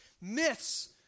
myths